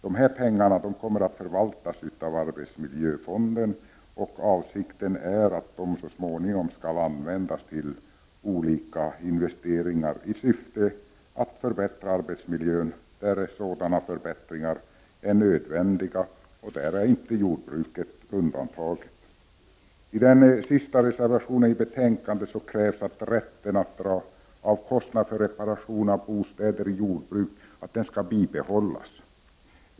De pengarna kommer att förvaltas av arbetsmiljöfonden, och avsikten är att de så småningom skall användas till olika investeringar i syfte att förbättra arbetsmiljön där sådana förbättringar är nödvändiga — och där är inte jordbruket undantaget. I den sista reservationen vid betänkandet krävs att rätten att dra av kostnader för reparation av bostäder i jordbruk skall bibehållas.